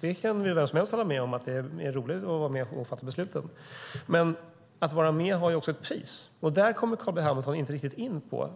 Vem som helst kan hålla med om att det är roligare att vara med och fatta besluten. Men att vara med har också ett pris, och där kommer Carl B Hamilton inte riktigt in på